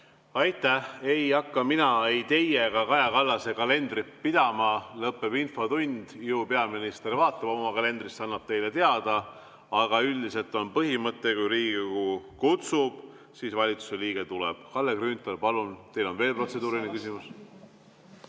Aitäh! Ei hakka mina ei teie ega Kaja Kallase kalendrit pidama. Lõpeb infotund, ju peaminister vaatab oma kalendrisse, annab teile teada. Aga üldiselt on põhimõte, et kui Riigikogu kutsub, siis valitsusliige tuleb. Kalle Grünthal, palun! Teil on veel protseduuriline küsimus.